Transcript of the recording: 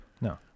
No